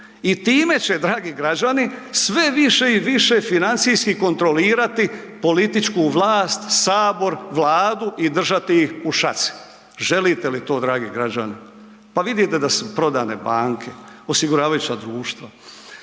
i time će dragi građani sve više i više financijski kontrolirati političku vlast, Sabor, Vladu i držati ih u šaci. Želite li to dragi građani? Pa vidite da su prodane banke, osiguravajuća društva,